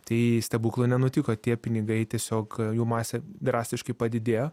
tai stebuklų nenutiko tie pinigai tiesiog jų masė drastiškai padidėjo